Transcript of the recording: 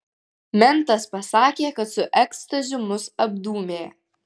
mentas pasakė kad su ekstazių mus apdūmė